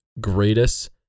greatest